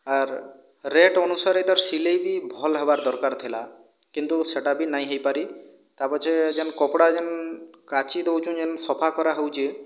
ଆର୍ rate ଅନୁସାରେ ଏଇଟାର ସିଲେଇ ବି ଭଲ ହେବାର ଦରକାର ଥିଲା କିନ୍ତୁ ସେଇଟା ବି ନାହିଁ ହୋଇପାରି ତା' ପରେ ଯେ କପଡ଼ା ଯେଉଁ କାଚି ଦେଉଛନ୍ତି ଯେଉଁ ସଫା କରାହେଉଛି